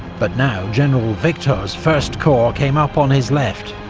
but now general victor's first corps came up on his left.